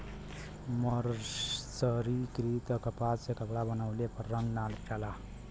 मर्सरीकृत कपास से कपड़ा बनवले पर रंग ना जाला